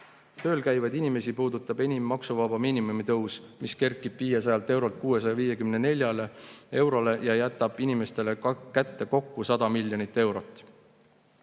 Tööl käivaid inimesi puudutab enim maksuvaba miinimumi tõus, mis kerkib 500 eurolt 654 eurole ja jätab inimestele kätte kokku 100 miljonit eurot.